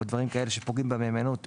או דברים אחרים שפוגעים במהימנות.